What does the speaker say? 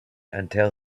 until